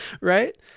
right